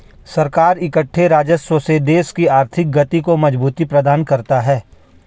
सरकार इकट्ठे राजस्व से देश की आर्थिक गति को मजबूती प्रदान करता है